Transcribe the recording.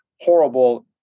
horrible